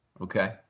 Okay